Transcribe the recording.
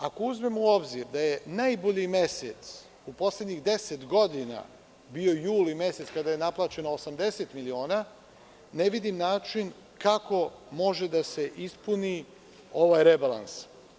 Ako uzmemo u obzir da je najbolji mesec u poslednjih deset godina bio juli mesec kada je naplaćeno 80 miliona, ne vidim način kako može da se ispuni ovaj rebalans.